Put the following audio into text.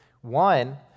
One